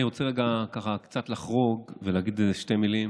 אני רוצה רגע ככה קצת לחרוג ולהגיד שתי מילים,